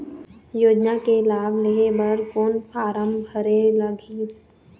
योजना के लाभ लेहे बर कोन फार्म भरे लगही?